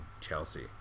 Chelsea